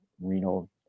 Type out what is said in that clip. renal